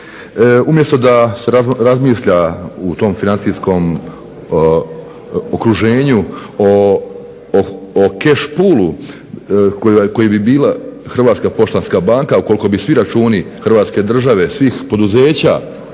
Umjesto da se razmišlja u tom financijskom okruženju o … koji bi bila Hrvatska poštanska banka ukoliko bi svi računa Hrvatske države svih javnih poduzeća